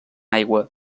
aigua